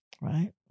right